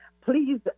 please